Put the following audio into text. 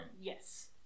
Yes